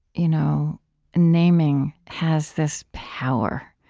you know naming has this power.